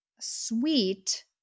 sweet